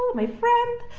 my friend.